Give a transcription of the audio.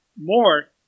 more